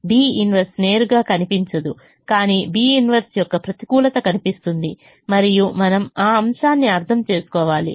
B 1 నేరుగా కనిపించదు కానీ B 1 యొక్క ప్రతికూలత కనిపిస్తుంది మరియు మనము ఆ అంశాన్ని అర్థం చేసుకోవాలి